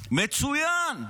מצוין.